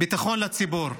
ביטחון לציבור,